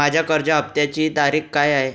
माझ्या कर्ज हफ्त्याची तारीख काय आहे?